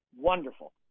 wonderful